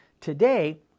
Today